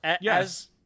Yes